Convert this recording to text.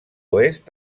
oest